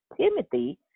Timothy